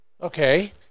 Okay